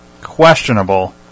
questionable